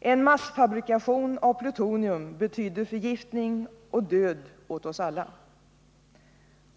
En massfabrikation av plutonium betyder förgiftning och död åt oss alla.